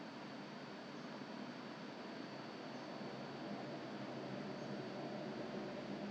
body no lah body lazy lah body but eh body that day I went to Face Shop ah because I got lucky dip I I I